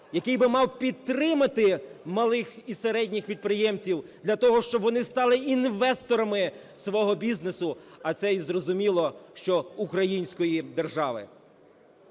який би мав підтримати малих і середніх підприємців для того, щоб вони стали інвесторами свого бізнесу, а це і зрозуміло, що і української держави.